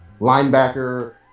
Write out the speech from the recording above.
linebacker